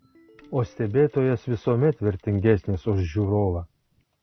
o stebėtojas visuomet vertingesnis už žiūrovą